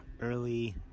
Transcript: early